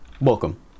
Welcome